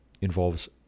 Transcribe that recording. involves